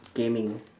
gaming